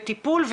וטיפול,